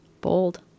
Bold